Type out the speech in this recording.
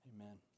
amen